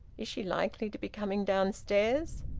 is she likely to be coming downstairs?